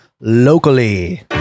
locally